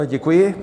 Děkuji.